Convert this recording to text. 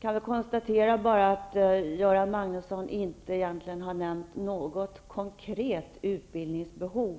Jag konstaterar att Göran Magnusson egentligen inte har nämnt något konkret utbildningsbehov.